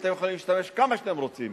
אתם יכולים להשתמש כמה שאתם רוצים